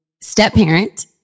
step-parent